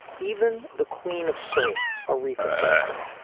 even the queen of soul, aretha franklin.